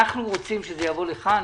אנחנו רוצים שזה יבוא לכאן.